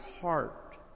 heart